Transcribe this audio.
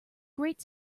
great